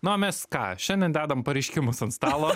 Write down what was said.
na o mes ką šiandien dedam pareiškimus ant stalo